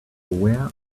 aware